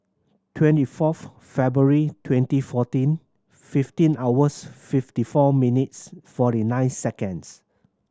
twenty fourth February twenty fourteen fifteen hours fifty four minutes forty nine seconds